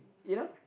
you know